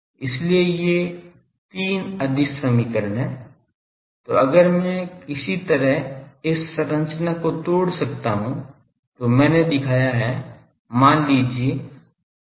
इसलिए ये तीन अदिश समीकरण हैं तो अगर मैं किसी तरह इस संरचना को तोड़ सकता हूं जो मैंने दिखाया है मान लीजिए कि यह हमारा धारा J है